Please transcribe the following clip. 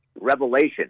revelation